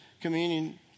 communion